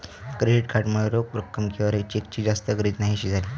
credit card मुळे रोख रक्कम किंवा चेकची जास्त गरज न्हाहीशी झाली